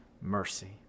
mercy